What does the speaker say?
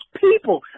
people